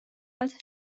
als